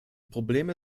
probleme